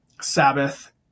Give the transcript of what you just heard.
sabbath